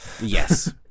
yes